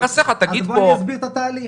אסביר את התהליך: